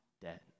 dead